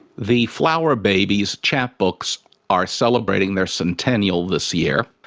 the flower babies chat books are celebrating their centennial this year.